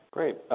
Great